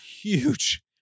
huge